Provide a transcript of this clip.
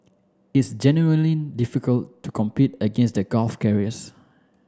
it's genuinely difficult to compete against the Gulf carriers